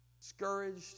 Discouraged